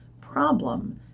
problem